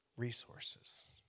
Resources